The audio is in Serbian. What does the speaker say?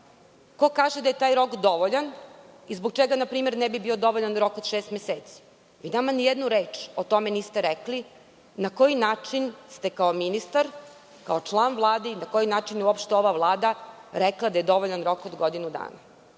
Ko kaže da je taj rok dovoljan i zbog čega ne bi bio dovoljan rok od 6 meseci? Vi nama ni jednu reč o tome niste rekli? Na koji način ste kao ministar, kao član Vlade i na koji način je uopšte ova Vlada rekla da je dovoljan rok od godinu dana,